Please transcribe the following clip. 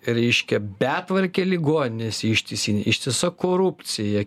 reiškia betvarkė ligoninėse ištisinė ištisa korupcija